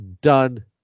Done